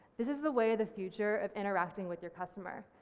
this is the way of the future of interacting with your customer.